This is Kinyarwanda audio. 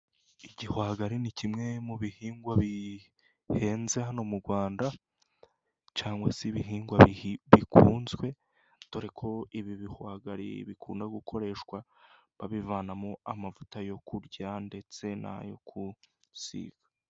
Igihwagari ni kimwe mu bihingwa bihenze hano mu Rwanda cyangwa se ibihingwa bikunzwe, dore ko ibi bihwagari bikunda gukoreshwa babivanamo amavuta yo kurya ndetse n'ayo kwisiga.